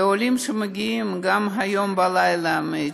וגם הלילה מגיעים עולים,